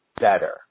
better